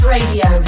Radio